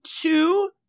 two